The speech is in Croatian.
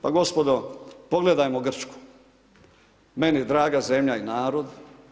Pa gospodo pogledajmo Grčku, meni draga zemlja i narod.